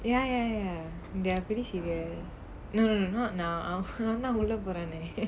ya ya ya there are really serious no no no not now அவன்தான் உள்ள போறானே:avanthaan ulla poranae